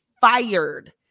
fired